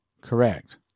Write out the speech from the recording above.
correct